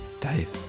Dave